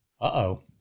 uh-oh